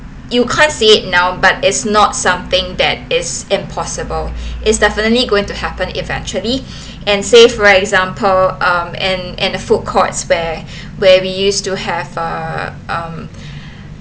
you can't see it now but it's not something that is impossible is definitely going to happen eventually and say for example um and and food courts where where we used to have uh um